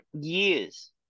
years